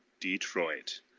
detroit